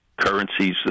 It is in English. Currencies